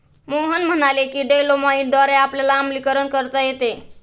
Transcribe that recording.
मोहन म्हणाले की डोलोमाईटद्वारे आपल्याला आम्लीकरण करता येते